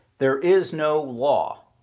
there is no law.